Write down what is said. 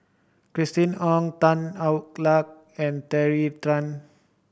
Christina Ong Tan Hwa Luck and Tracey Tan